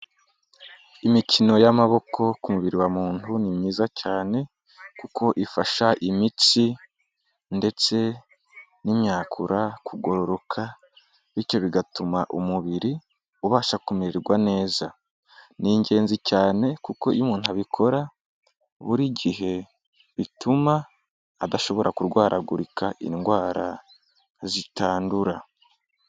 Imikino y'amaboko ku mubiri wa muntu ni myiza cyane kuko ifasha imitsi ndetse n'imyakura kugororoka bityo bigatuma umubiri ubasha kumererwa neza. Ni ingenzi cyane kuko iyo umuntu abikora buri gihe bituma adashobora kurwaragurika indwara zitandura.